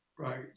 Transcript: Right